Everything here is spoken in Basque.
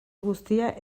guztia